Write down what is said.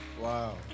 Wow